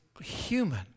human